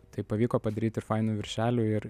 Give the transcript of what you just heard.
tai pavyko padaryt ir fainų viršelių ir